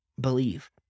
believe